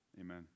Amen